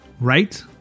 Right